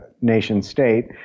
nation-state